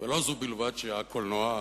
ולא זו בלבד שהקולנוע,